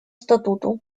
статуту